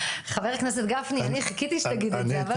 כן.